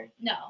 No